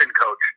coach